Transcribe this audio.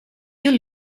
you